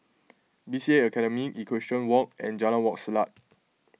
B C A Academy Equestrian Walk and Jalan Wak Selat